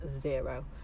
zero